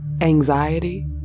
anxiety